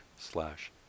slash